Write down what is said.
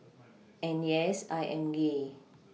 and yes I am gay